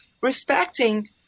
respecting